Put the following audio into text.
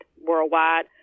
worldwide